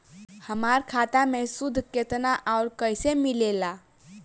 हमार खाता मे सूद केतना आउर कैसे मिलेला?